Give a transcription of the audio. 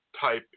type